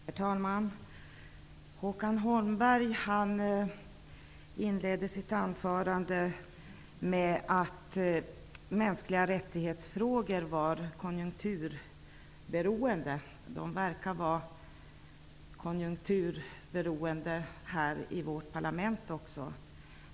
Herr talman! Håkan Holmberg inledde sitt anförande med att mänskliga rättighetsfrågor var konjunkturberoende. Dessa frågor verkar vara konjunkturberoende här i vårt parlament också.